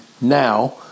now